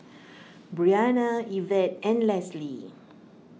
Briana Ivette and Lesli